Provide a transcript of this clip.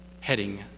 heading